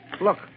Look